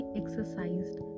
exercised